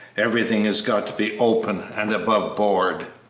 everything has got to be open and above-board.